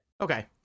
Okay